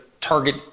target